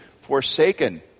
forsaken